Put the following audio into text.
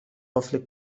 قفل